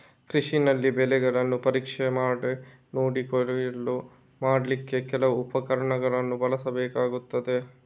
ಕೃಷಿನಲ್ಲಿ ಬೆಳೆಗಳನ್ನ ಪರೀಕ್ಷೆ ಮಾಡಿ ನೋಡಿ ಕೊಯ್ಲು ಮಾಡ್ಲಿಕ್ಕೆ ಕೆಲವು ಉಪಕರಣಗಳನ್ನ ಬಳಸ್ಬೇಕಾಗ್ತದೆ